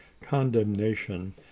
condemnation